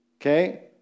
okay